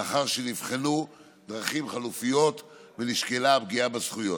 לאחר שנבחנו דרכים חלופיות ונשקלה הפגיעה בזכויות.